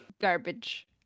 Garbage